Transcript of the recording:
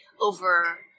over